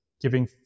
giving